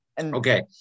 Okay